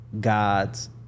gods